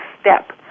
step